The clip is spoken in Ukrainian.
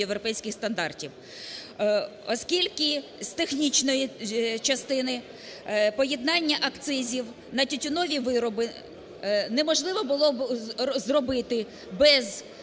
європейських стандартів). Оскільки з технічної частини поєднання акцизів на тютюнові вироби неможливо було б зробити без